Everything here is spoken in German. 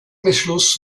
beschluss